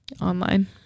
Online